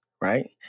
right